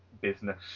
business